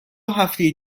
هفته